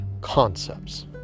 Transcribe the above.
concepts